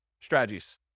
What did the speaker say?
strategies